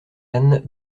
anne